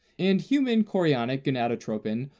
and human chorionic gonadotropin,